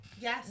yes